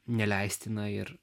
neleistina ir